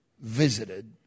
visited